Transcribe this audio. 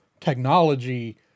technology